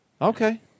Okay